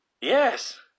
yes